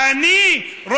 נא לסיים, אדוני.